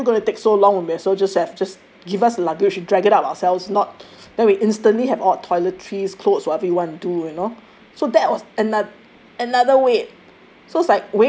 I mean we knew going to take so long we may as well just have just give us the luggage we drag it up ourselves not then we instantly have all toileteries clothes whatever we want to do you know so that was ano~ another wait